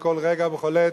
בכל רגע ובכל עת.